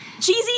cheesy